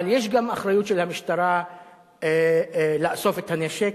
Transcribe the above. אבל יש גם אחריות של המשטרה לאסוף את הנשק.